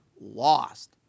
lost